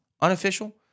Unofficial